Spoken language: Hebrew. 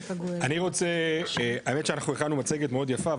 האמת שאנחנו הכנו מצגת מאוד יפה,